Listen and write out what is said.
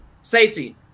Safety